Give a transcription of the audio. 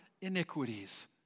iniquities